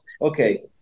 okay